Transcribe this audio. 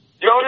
Yo